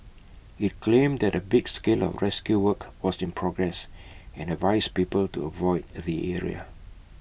IT claimed that A big scale of rescue work was in progress and advised people to avoid the area